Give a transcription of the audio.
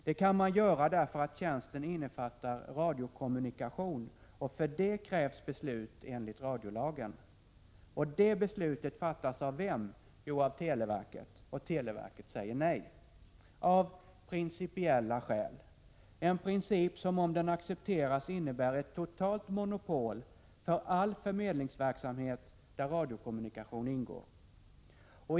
Det kan man göra därför att tjänsten innefattar radiokommunikation, och för det krävs beslut enligt radiolagen. Det beslutet fattas av vem? Jo, av televerket! Och televerket säger nej — av principiella skäl! Det är en princip som, om den accepteras, innebär ett totalt monopol för all förmedlingsverksamhet där radiokommunikation ingår.